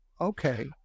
Okay